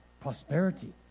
prosperity